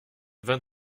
vingt